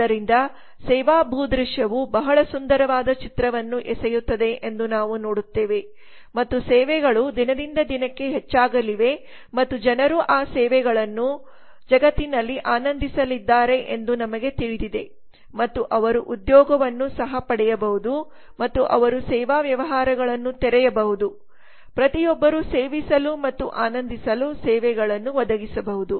ಆದ್ದರಿಂದ ಸೇವಾ ಭೂದೃಶ್ಯವು ಬಹಳ ಸುಂದರವಾದ ಚಿತ್ರವನ್ನು ಎಸೆಯುತ್ತದೆ ಎಂದು ನಾವು ನೋಡುತ್ತೇವೆ ಮತ್ತು ಸೇವೆಗಳು ದಿನದಿಂದ ದಿನಕ್ಕೆ ಹೆಚ್ಚಾಗಲಿವೆ ಮತ್ತು ಜನರು ಆ ಸೇವೆಗಳನ್ನು ಜಗತ್ತಿನಲ್ಲಿ ಆನಂದಿಸಲಿದ್ದಾರೆ ಎಂದು ನಮಗೆ ತಿಳಿದಿದೆ ಮತ್ತು ಅವರು ಉದ್ಯೋಗವನ್ನು ಸಹ ಪಡೆಯಬಹುದು ಮತ್ತು ಅವರು ಸೇವಾ ವ್ಯವಹಾರಗಳನ್ನು ತೆರೆಯಬಹುದು ಪ್ರತಿಯೊಬ್ಬರೂ ಸೇವಿಸಲು ಮತ್ತು ಆನಂದಿಸಲು ಸೇವೆಗಳನ್ನು ಒದಗಿಸಬಹುದು